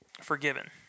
Forgiven